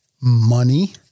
Money